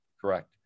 Correct